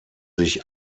sich